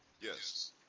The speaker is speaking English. Yes